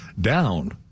down